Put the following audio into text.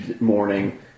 morning